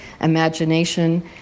imagination